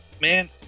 man